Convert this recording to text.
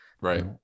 right